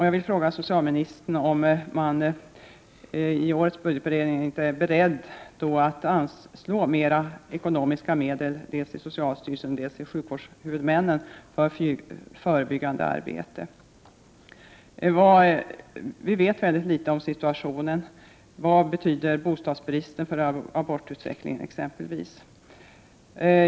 Jag vill fråga socialministern om regeringen i årets budgetberedning inte är beredd att anslå en större del ekonomiska medel dels till socialstyrelsen, dels till sjukvårdshuvudmännen för förebyggande arbete. Vi vet väldigt litet om situationen. Vad betyder t.ex. bostadsbristen för abortutvecklingen?